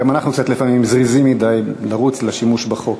אנחנו גם לפעמים זריזים מדי לרוץ לשימוש בחוק.